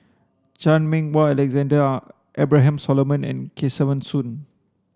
Chan Meng Wah Alexander Abraham Solomon and Kesavan Soon